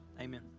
Amen